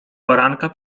poranka